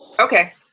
Okay